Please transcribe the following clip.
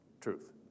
truth